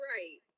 Right